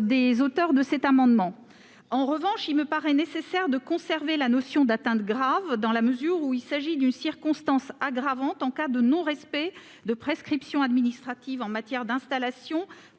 des auteurs de cet amendement. En revanche, il me paraît nécessaire de conserver la notion d'atteinte grave, dans la mesure où il s'agit d'une circonstance aggravante en cas de non-respect de prescriptions administratives en matière d'installations